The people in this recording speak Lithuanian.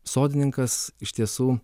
sodininkas iš tiesų